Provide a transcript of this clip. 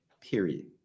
Period